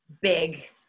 big